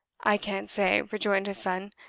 i can't say, rejoined his son,